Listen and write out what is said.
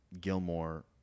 Gilmore